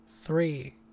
three